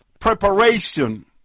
preparation